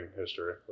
history